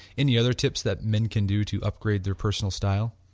any other tips that men can do to upgrade their personal style?